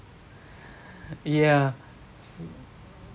yeah